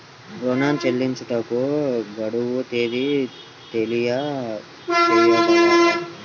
ఋణ చెల్లింపుకు గడువు తేదీ తెలియచేయగలరా?